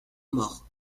mort